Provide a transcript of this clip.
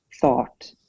thought